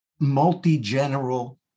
multi-general